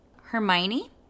Hermione